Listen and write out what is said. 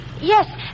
Yes